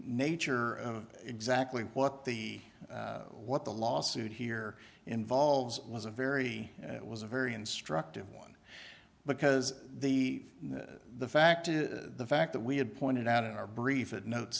nature of exactly what the what the lawsuit here involves was a very it was a very instructive one because the the fact is the fact that we had pointed out in our brief note